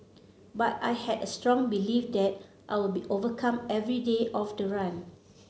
but I had a strong belief that I will be overcome every day of the run